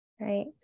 Right